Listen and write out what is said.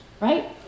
right